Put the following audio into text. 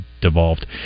devolved